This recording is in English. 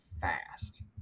fast